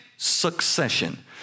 succession